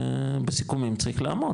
בסיכומים צריך לעמוד,